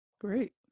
Great